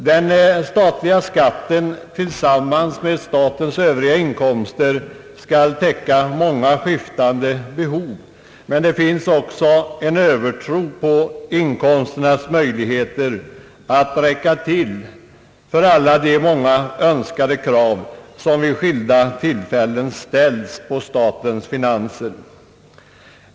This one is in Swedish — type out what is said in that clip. Den statliga skatten tillsammans med statens Övriga inkomster skall täcka många skiftande behov, men det finns också en övertro på inkomsternas möjligheter att räcka till för alla de många krav som vid skilda tillfällen ställs på statens finanser.